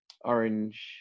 Orange